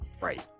Right